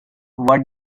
what